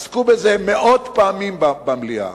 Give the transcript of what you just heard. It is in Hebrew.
עסקו בזה מאות פעמים במליאה.